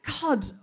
God